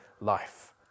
life